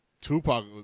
Tupac